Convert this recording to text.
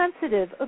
sensitive